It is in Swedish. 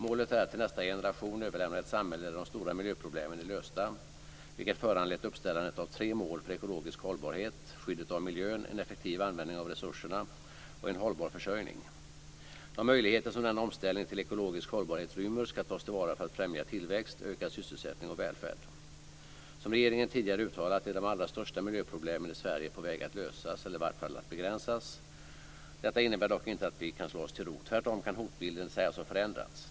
Målet är att till nästa generation överlämna ett samhälle där de stora miljöproblemen är lösta, vilket föranlett uppställandet av tre mål för ekologisk hållbarhet, nämligen skyddet av miljön, en effektiv användning av resurserna och en hållbar försörjning. De möjligheter som denna omställning till ekologisk hållbarhet rymmer ska tas till vara för att främja tillväxt, ökad sysselsättning och välfärd. Som regeringen tidigare uttalat är de allra största miljöproblemen i Sverige på väg att lösas eller i vart fall begränsas. Detta innebär dock inte att vi kan slå oss till ro. Tvärtom kan hotbilden sägas ha förändrats.